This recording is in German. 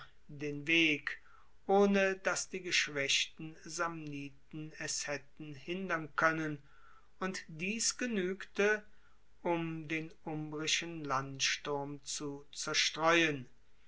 den weg ohne dass die geschwaechten samniten es haetten hindern koennen und dies genuegte um den umbrischen landsturm zu zerstreuen